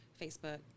Facebook